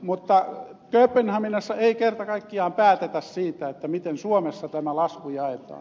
mutta kööpenhaminassa ei kerta kaikkiaan päätetä siitä miten suomessa tämä lasku jaetaan